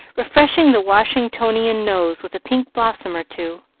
refreshing the washingtonian nose with a pink blossom or two.